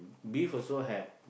beef also have